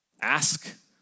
Ask